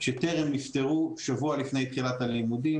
שטרם נפתרו שבוע לפני תחילת הלימודים,